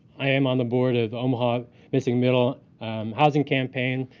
i am on the board of omaha missing middle housing campaign.